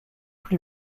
plus